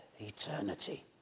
eternity